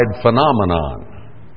phenomenon